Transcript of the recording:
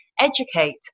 educate